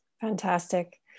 Fantastic